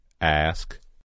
Ask